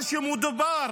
אבל כשמדובר